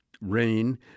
rain